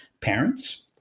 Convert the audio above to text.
parents